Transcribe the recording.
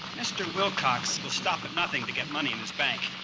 mr. wilcox will stop at nothing to get money in his bank.